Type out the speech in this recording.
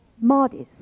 modest